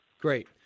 Great